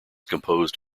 composed